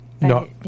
No